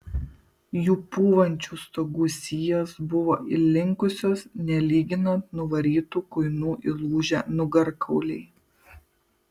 jų pūvančių stogų sijos buvo įlinkusios nelyginant nuvarytų kuinų įlūžę nugarkauliai